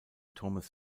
thomas